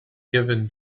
given